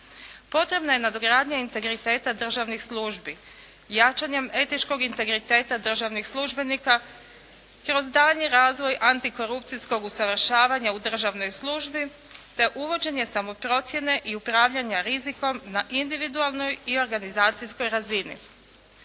Potrebna je nadogradnja integriteta državnih službi. Jačanjem etičkog integriteta državnih službenika kroz daljnji razvoj antikorupcijskog usavršavanja u državnoj službi te uvođenje samoprocjene i upravljanja rizikom na individualnoj i organizacijskoj razini.